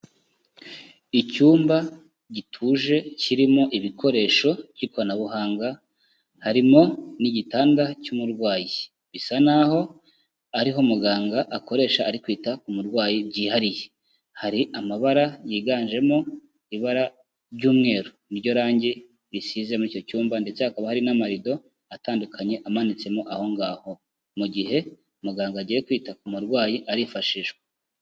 Icyumba gituje kirimo ibikoresho by'ikoranabuhanga, harimo n'igitanda cy'umurwayi bisa n'aho ariho muganga akoresha ari kwita ku murwayi byihariye, hari amabara yiganjemo ibara ry'umweru n'iryo range risize muri icyo cyumba ndetse hakaba hari n'amarido atandukanye amanitsemo aho ngaho, mu gihe muganga agiye kwita ku murwayi arifashishwa.